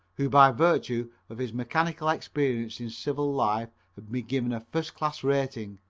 who by virtue of his mechanical experience in civil life had been given a first class rating,